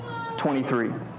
23